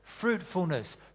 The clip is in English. fruitfulness